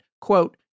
quote